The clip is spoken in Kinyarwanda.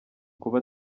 kuba